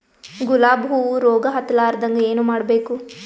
ಗುಲಾಬ್ ಹೂವು ರೋಗ ಹತ್ತಲಾರದಂಗ ಏನು ಮಾಡಬೇಕು?